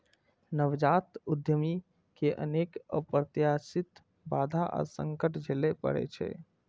नवजात उद्यमी कें अनेक अप्रत्याशित बाधा आ संकट झेलय पड़ै छै